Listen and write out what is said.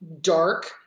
dark